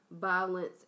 violence